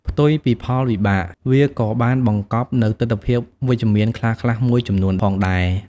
ផ្ទុយពីផលវិបាក វាក៏បានបង្កប់នូវទិដ្ឋភាពវិជ្ជមានខ្លះៗមួយចំនួនផងដែរ។